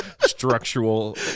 Structural